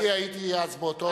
אני הייתי אז באותו,